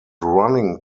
running